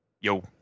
Yo